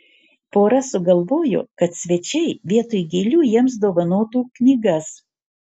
pora sugalvojo kad svečiai vietoj gėlių jiems dovanotų knygas